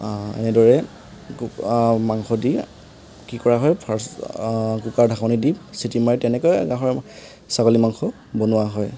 এনেদৰে মাংস দি কি কৰা হয় ফাৰ্ষ্ট কুকাৰ ঢাকনি দি চিটি মাৰি তেনেকৈ গাহৰি ছাগলী মাংস বনোৱা হয়